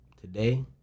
today